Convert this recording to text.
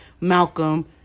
Malcolm